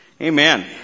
Amen